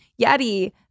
Yeti